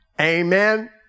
Amen